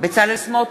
בצלאל סמוטריץ,